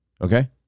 Okay